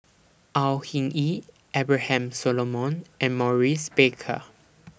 Au Hing Yee Abraham Solomon and Maurice Baker